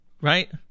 right